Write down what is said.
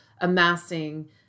amassing